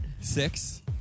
six